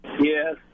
Yes